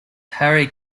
harry